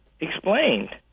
explained